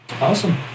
Awesome